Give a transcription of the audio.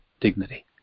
dignity